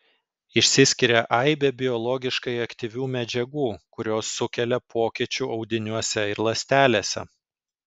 išsiskiria aibė biologiškai aktyvių medžiagų kurios sukelia pokyčių audiniuose ir ląstelėse